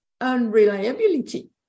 unreliability